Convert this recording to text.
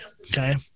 okay